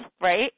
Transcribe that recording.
right